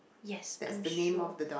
yes I am sure